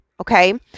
okay